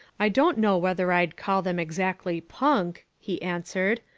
i don't know whether i'd call them exactly punk, he answered,